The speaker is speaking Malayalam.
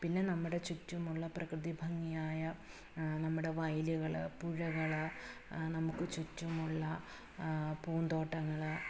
പിന്നെ നമ്മുടെ ചുറ്റുമുള്ള പ്രകൃതി ഭംഗിയായ നമ്മുടെ വയലുകൾ പുഴകൾ നമുക്ക് ചുറ്റുമുള്ള പൂന്തോട്ടങ്ങൾ